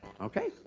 Okay